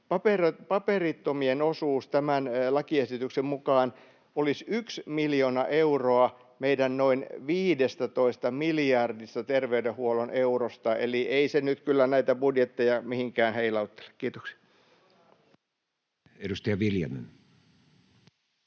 Paperittomien osuus tämän lakiesityksen mukaan olisi yksi miljoona euroa meidän noin 15 miljardista terveydenhuollon eurosta, eli ei se nyt kyllä näitä budjetteja mihinkään heilauttele. — Kiitoksia. Edustaja Viljanen.